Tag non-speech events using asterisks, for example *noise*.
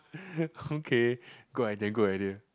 *breath* okay good idea good idea